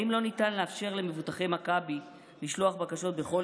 האם לא ניתן לאפשר למבוטחי מכבי לשלוח בקשות בכל